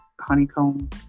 honeycomb